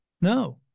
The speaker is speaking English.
No